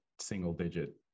single-digit